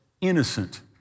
innocent